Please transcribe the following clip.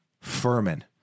Furman